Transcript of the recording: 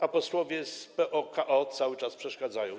A posłowie z PO-KO cały czas przeszkadzają.